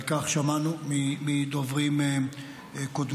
על כך שמענו מדוברים קודמים.